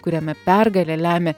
kuriame pergalę lemia